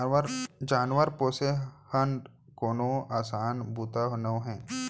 जानवर पोसे हर कोनो असान बूता नोहे